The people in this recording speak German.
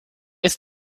ist